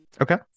Okay